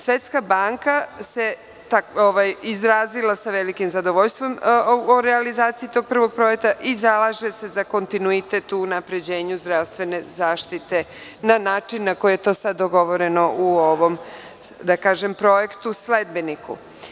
Svetska banka je izrazila veliko zadovoljstvo u realizaciji tog Prvog projekta i zalaže se za kontinuitet u unapređenju zdravstvene zaštite na način na koji je to sada dogovoreno u ovom projektu sledbeniku.